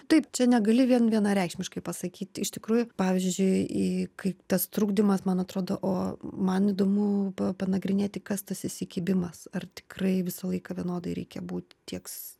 taip čia negali vien vienareikšmiškai pasakyti iš tikrųjų pavyzdžiui į kai tas trukdymas man atrodo o man įdomu pa panagrinėti kas tas įsikibimas ar tikrai visą laiką vienodai reikia būti tieks